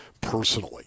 personally